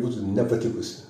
būtų nepatikusi